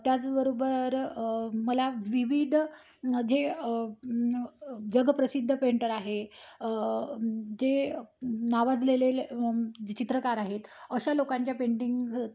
त्याचबरोबर मला विविध जे जगप्रसिद्ध पेंटर आहे जे नावाजलेले जे चित्रकार आहेत अशा लोकांच्या पेंटिंग